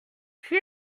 qui